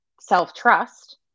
self-trust